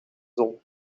zon